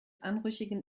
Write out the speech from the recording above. anrüchigen